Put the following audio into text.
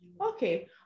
Okay